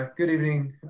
ah good evening,